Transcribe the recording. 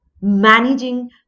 managing